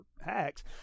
hacks